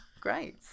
Great